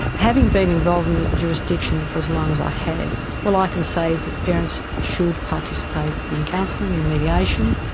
having been involved in the jurisdiction for as long as i have, all i can say is that parents should participate in counselling, in mediation,